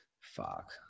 Fuck